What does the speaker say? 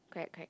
correct correct